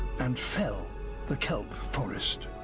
and fell the kelp forest.